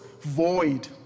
void